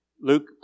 Luke